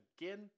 again